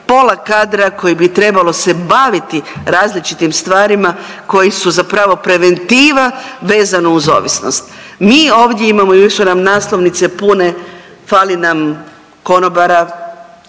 pola kadra koji bi trebalo se baviti različitim stvarima koji su zapravo preventiva vezano uz ovisnost. Mi ovdje imamo i uvijek su nam naslovnice pune, fali nam konobara,